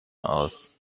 aus